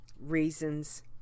reasons